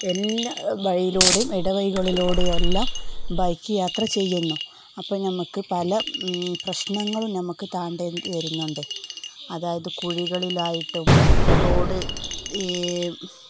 എല്ലാ വഴിയിലൂടെയും ഇടവഴികളിലൂടെയുമെല്ലാം ബൈക്ക് യാത്ര ചെയ്യുന്നു അപ്പോള് നമുക്ക് പല പ്രശ്നങ്ങളും നമുക്ക് താണ്ടേണ്ടി വരുന്നുണ്ട് അതായത് കുഴികളിലായിട്ടും റോഡ് ഈ